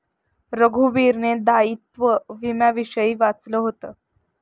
रघुवीरने दायित्व विम्याविषयी वाचलं होतं